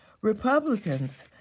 Republicans